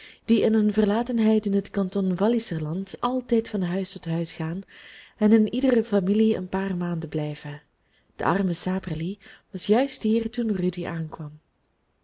die in hun verlatenheid in het kanton walliserland altijd van huis tot huis gaan en in iedere familie een paar maanden blijven de arme saperli was juist hier toen rudy aankwam